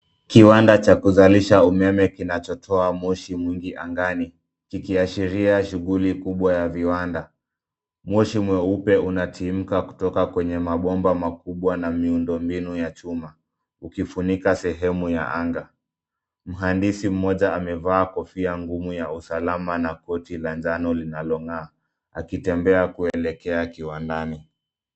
Kiwanda cha kuzalisha umeme kinacho toa moshi mwingi angani kikiashiria shughuli kubwa ya viwanda. Moshi mweupe unatimuka kutoka mabomba makubwa na miundo mbinu ya chuma ukifunika sehemu ya anga. Mhandisi mmoja amevaa kofia ngumu ya usalama na koti la njano linalo ng'aa akitembea kuelekea kiwandani.